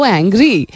angry